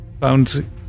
found